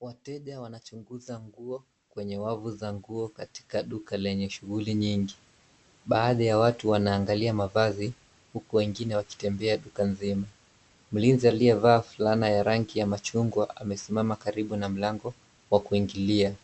Wateja wanachuguza nguo kwenye wavu za nguo katika duka lenye shughuli nyingi. Baadhi ya watu wanaangalia mavazi huku wengine wakitembea duka zima. Mlinzi aliyevaa fulana ya rangi ya machungwa amesimama karibu na mlango wa kuingilia.